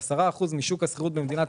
אנחנו רוצים ש-10% משוק השכירות במדינת